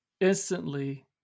instantly